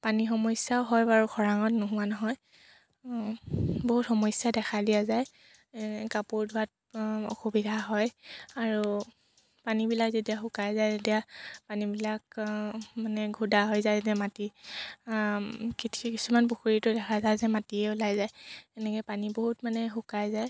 পানী সমস্যাও হয় বাৰু খৰাঙত নোহোৱা নহয় বহুত সমস্যাই দেখা দিয়া যায় এই কাপোৰ ধোৱাত অসুবিধা হয় আৰু পানীবিলাক যেতিয়া শুকাই যায় তেতিয়া পানীবিলাক মানে ঘোলা হৈ যায় যেতিয়া মাটি কিছুমান পুখুৰীটো দেখা যায় যে মাটিয়ে ওলাই যায় এনেকৈ পানী বহুত মানে শুকাই যায়